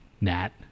Nat